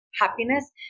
happiness